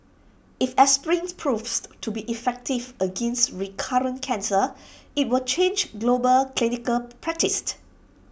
if aspirin proves to be effective against recurrent cancer IT will change global clinical practice